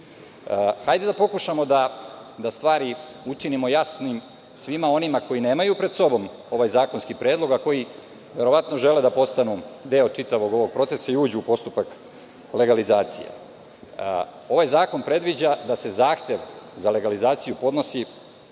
da pokušamo da stvari učinimo jasnim svima onima koji nemaju pred sobom ovaj zakonski predlog, a koji verovatno žele da postanu deo čitavog ovog procesa i uđu u postupak legalizacije. Ovaj zakon predviđa da se zahtev za legalizaciju podnosi